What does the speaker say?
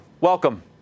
Welcome